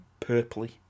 purpley